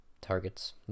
targets